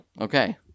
Okay